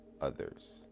others